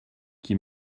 qui